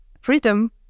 freedom